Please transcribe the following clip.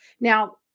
Now